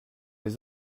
les